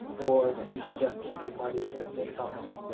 or so you should just keep your money in the same company?